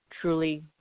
truly